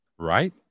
Right